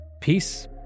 Peace